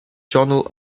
journal